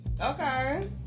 Okay